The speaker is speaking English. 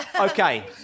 Okay